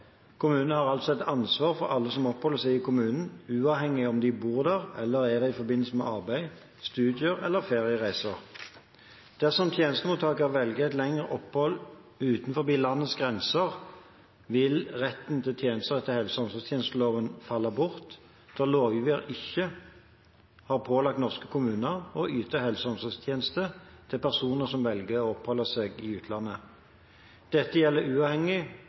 Kommunen har altså et ansvar for alle som oppholder seg i kommunen, uavhengig av om de bor der eller er der i forbindelse med arbeid, studier eller feriereiser. Dersom tjenestemottaker velger et lengre opphold utenfor landets grenser, vil retten til tjenester etter helse- og omsorgstjenesteloven falle bort, da lovgiver ikke har pålagt norske kommuner å yte helse- og omsorgstjenester til personer som velger å oppholde seg i utlandet. Dette gjelder uavhengig